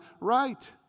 right